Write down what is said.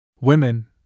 Women